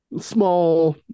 small